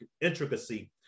intricacy